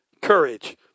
courage